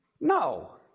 No